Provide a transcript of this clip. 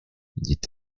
dit